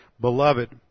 Beloved